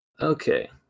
Okay